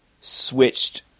switched